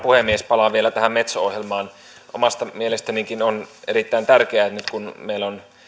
puhemies palaan vielä tähän metso ohjelmaan omasta mielestänikin on erittäin tärkeää että nyt kun meillä on